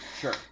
Sure